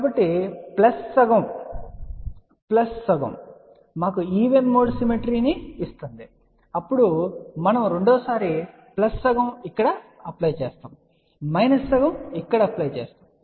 కాబట్టి ప్లస్ సగం ప్లస్ సగం మాకు ఈవెన్ మోడ్ సిమెట్రీ ను ఇస్తుంది అప్పుడు మనము రెండవ సారి ప్లస్ సగం ఇక్కడ అప్లై చేస్తాము మైనస్ సగం ఇక్కడ అప్లై చేస్తాం